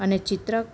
અને ચિત્ર